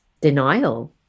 denial